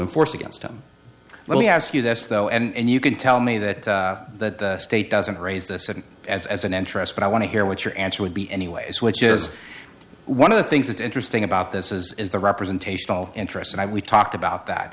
to force against him let me ask you this though and you can tell me that that state doesn't raise this and as as an entrance but i want to hear what your answer would be anyways which is one of the things that's interesting about this is is the representational interest and i we talked about that